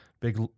big